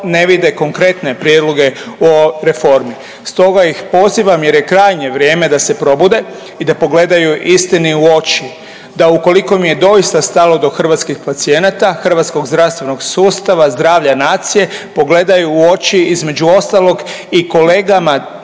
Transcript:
ne vide konkretne prijedloge u ovoj reformi. Stoga ih pozivam jer je krajnje vrijeme da se probude i da pogledaju istini u oči, da ukoliko im je doista stalo do hrvatskih pacijenata, hrvatskog zdravstvenog sustava, zdravlja nacije pogledaju u oči između ostalog i kolegama